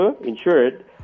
Insured